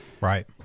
Right